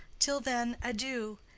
till then, adieu,